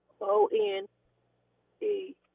O-N-E